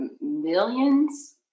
millions